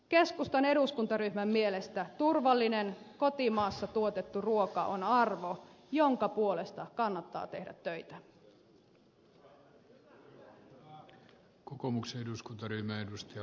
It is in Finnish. keskustan eduskuntaryhmän mielestä turvallinen kotimaassa tuotettu ruoka on arvo jonka puolesta kannattaa tehdä töitä